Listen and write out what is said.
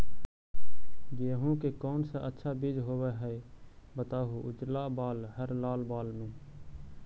गेहूं के कौन सा अच्छा बीज होव है बताहू, उजला बाल हरलाल बाल में?